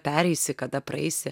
pereisi kada praeisi